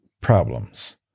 problems